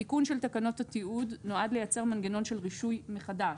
התיקון של תקנות התיעוד נועד לייצר מנגנון של רישוי מחדש,